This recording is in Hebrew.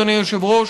אדוני היושב-ראש,